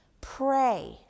pray